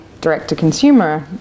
direct-to-consumer